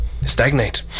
stagnate